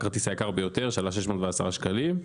הכרטיס היקר ביותר שעלה 610 שקלים,